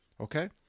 okay